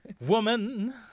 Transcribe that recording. Woman